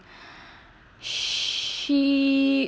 she